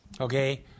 Okay